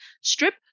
strip